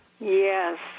Yes